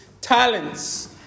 talents